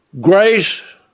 Grace